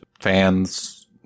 fans